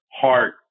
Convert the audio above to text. heart